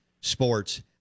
Sports